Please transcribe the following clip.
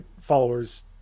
followers